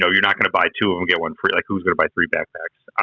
so you're not gonna buy two of them, get one free, like, who's gonna buy three backpacks,